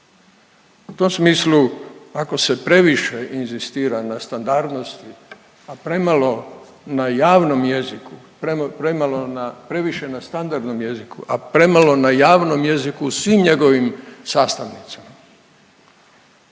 U tom smislu ako se previše inzistira na standardnosti, a premalo na javnom jeziku, premalo na, previše na standardnom jeziku, a premalo na javnom jeziku u svim njegovim sastavnicama.